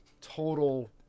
total